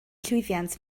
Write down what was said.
llwyddiant